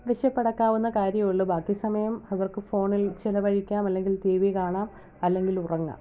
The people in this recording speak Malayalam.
വിശപ്പടക്കാവുന്ന കാര്യമേ ഉള്ളു ബാക്കി സമയം അവർക്ക് ഫോണിൽ ചെലവഴിക്കാം അല്ലെങ്കിൽ ടീ വി കാണാം അല്ലെങ്കിലുറങ്ങാം